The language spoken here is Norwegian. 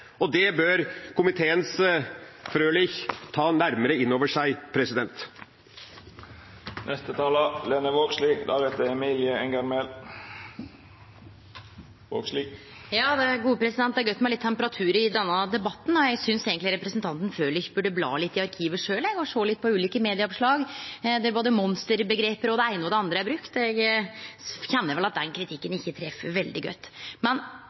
inspirert. Det bør komiteens medlem Frølich ta nærmere inn over seg. Det er godt med litt temperatur i denne debatten. Eg synest eigentleg representanten Frølich burde bla litt i arkivet sjølv, eg, og sjå litt på ulike medieoppslag der både monster-omgrepet og det eine og det andre er brukt. Eg kjenner vel at den kritikken ikkje treffer veldig godt. Arbeidarpartiet er i denne debatten og i veldig mange andre debattar oppteke av folks rettstryggleik og av dei som er offer for kriminalitet, men